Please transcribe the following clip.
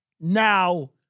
now